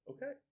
Okay